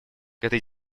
этой